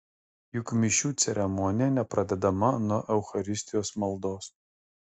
juk mišių ceremonija nepradedama nuo eucharistijos maldos